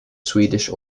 swedish